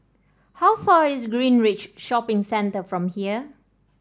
how far is Greenridge Shopping Centre from here